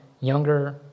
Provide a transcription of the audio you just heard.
younger